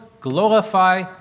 glorify